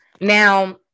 now